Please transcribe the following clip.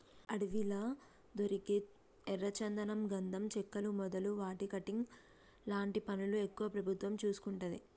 అడవిలా దొరికే ఎర్ర చందనం గంధం చెక్కలు మొదలు వాటి కటింగ్ లాంటి పనులు ఎక్కువ ప్రభుత్వం చూసుకుంటది